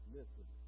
Listen